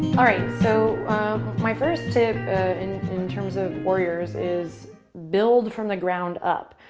all right, so my first tip and in terms of warriors is build from the ground up.